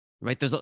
Right